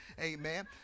Amen